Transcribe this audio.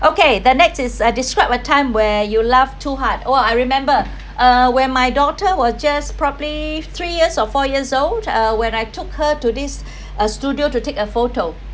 okay the next is uh describe a time where you laugh too hard !wah! I remember uh when my daughter was just probably three years or four years old uh when I took her to this uh studio to take a photo